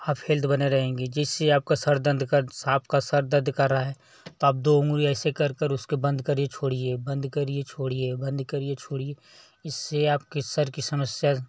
आप हेल्थ बने रहेंगे जिससे आपका सर दंद का सापका सर दर्द कर रहा है तो आप दो उंगली ऐसे कर कर उसको बंद करिए छोड़िए बंद करिए छोड़िए बंद करिए छोड़िए इससे आपके सर की समस्या